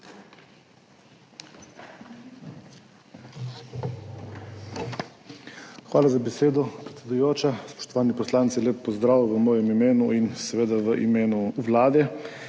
Hvala za besedo, predsedujoča. Spoštovani poslanci! Lep pozdrav v mojem imenu in seveda v imenu Vlade.